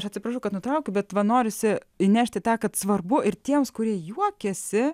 aš atsiprašau kad nutraukiu bet va norisi įnešti tą kad svarbu ir tiems kurie juokiasi